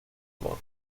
amor